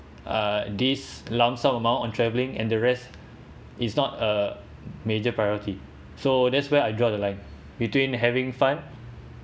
uh this lump sum amount on traveling and the rest is not a major priority so that's where I draw the line between having fun